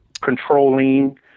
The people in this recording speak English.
controlling